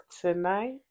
tonight